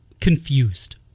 confused